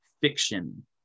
fiction